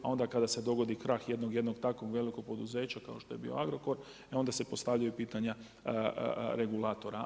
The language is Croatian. A onda kada se dogodi krah jednog takvog velikog poduzeća kao što je bio Agrokor, e onda se postavljaju pitanja regulatora.